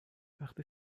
وقتی